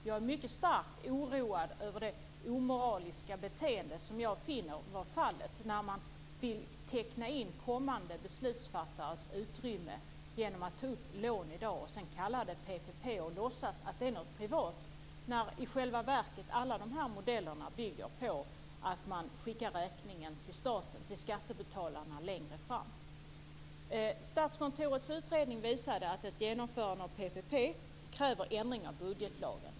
Jag är mycket oroad över det omoraliska beteende som jag finner vara fallet när man vill teckna in kommande beslutsfattares utrymme genom att i dag ta upp lån och sedan kalla det PPP och låtsas att det är något privat när alla dessa modeller i själva verket bygger på att man skickar räkningen till staten, till skattebetalarna, längre fram. Statskontorets utredning visade att ett genomförande av PPP kräver ändring av budgetlagen.